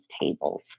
tables